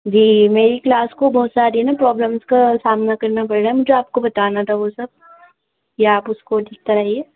جی میری کلاس کو بہت ساری نا پرابلمس کا سامنا کرنا پڑ رہا ہے مجھے آپ کو بتانا تھا وہ سب یا آپ اس کو ٹھیک کرائیے